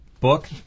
book